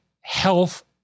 health